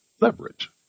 leverage